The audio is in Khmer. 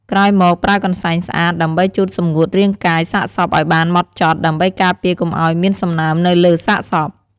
ក្រោយមកប្រើកន្សែងស្អាតដើម្បីជូតសម្ងួតរាងកាយសាកសពឱ្យបានហ្មត់ចត់ ដើម្បីការពារកុំឱ្យមានសំណើមនៅលើសាកសព។